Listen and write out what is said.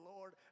Lord